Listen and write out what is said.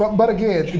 but but again,